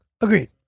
Agreed